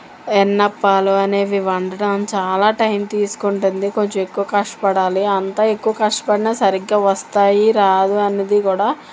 వెన్నప్పాలు అనేవి వండటం చాలా టైం తీసుకుంటుంది కొంచెం ఎక్కువ కష్టపడాలి అంత ఎక్కువ కష్టపడినా సరిగ్గా వస్తాయి రాదు అనేది కూడా